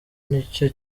nicyo